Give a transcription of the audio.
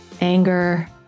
anger